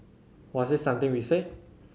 was it something we said